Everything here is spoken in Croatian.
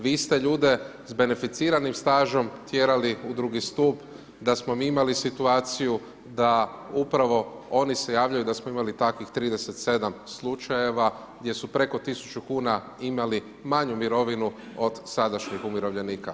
Vi ste ljude s beneficiranim stažem tjerali u drugi stup, da smo mi imali situaciju da upravo oni se javljaju da smo imali takvih 37 slučajeva gdje su preko 1000 kuna imali manju mirovinu od sadašnjih umirovljenika.